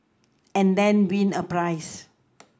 and then win a prize